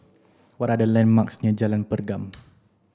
what are the landmarks near Jalan Pergam